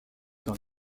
dans